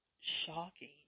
shocking